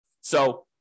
So-